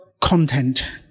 content